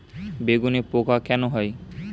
বেগুনে পোকা কেন হয়?